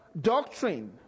doctrine